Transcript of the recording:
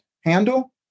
handle